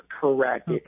Correct